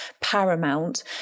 paramount